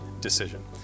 decision